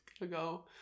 ago